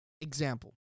Example